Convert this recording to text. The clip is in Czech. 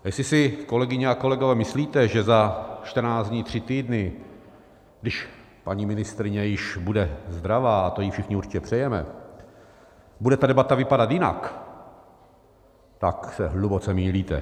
A jestli si, kolegyně a kolegové, myslíte, že za čtrnáct dní, tři týdny, když paní ministryně již bude zdravá, a to jí všichni určitě přejeme, bude ta debata vypadat jinak, tak se hluboce mýlíte.